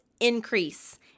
increase